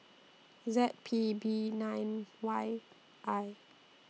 Z P B nine Y I